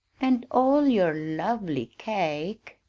and all your lovely cake!